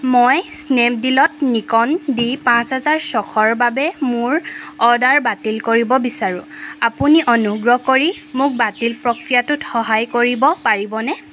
মই স্নেপডীলত Nikon D পাঁচ হেজাৰ ছশৰ বাবে মোৰ অৰ্ডাৰ বাতিল কৰিব বিচাৰোঁ আপুনি অনুগ্ৰহ কৰি মোক বাতিল প্ৰক্ৰিয়াটোত সহায় কৰিব পাৰিবনে